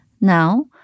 Now